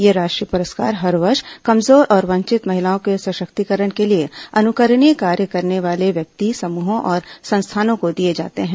ये राष्ट्रीय पुरस्कार हर वर्ष कमजोर और वंचित महिलाओं के सशक्तीकरण के लिए अनुकरणीय कार्य करने वाले व्यक्ति समुहों और संस्थानों को दिए जाते हैं